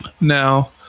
Now